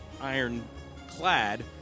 iron-clad